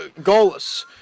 goalless